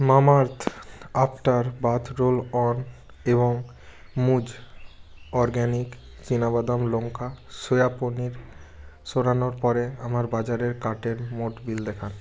Mamaearth after bath roll on এবং মুজ organic চিনাবাদাম লঙ্কা সয়া পনির সরানোর পরে আমার বাজারের কার্টের মোট বিল দেখান